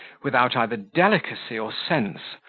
without either delicacy or sense,